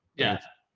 yeah.